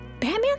Batman